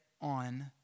on